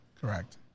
Correct